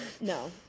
no